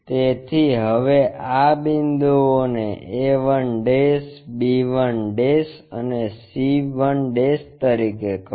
તેથી હવે આ બિંદુઓને a 1 b 1 અને c 1 તરીકે કહો